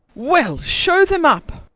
well, show them up.